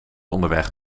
onderweg